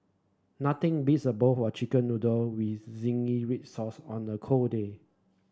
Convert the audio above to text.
nothing beats a bowl of chicken noodle with zingy red sauce on a cold day